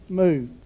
move